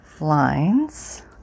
Lines